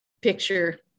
picture